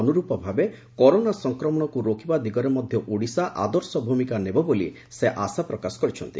ଅନୁରୂପ ଭାବେ କରୋନା ସଂକ୍ରମଶକୁ ରୋକିବା ଦିଗରେ ମଧ୍ଧ ଓଡ଼ିଶା ଆଦର୍ଶ ଭ୍ରମିକା ନେବ ବୋଲି ସେ ଆଶା ପ୍ରକାଶ କରିଛନ୍ତି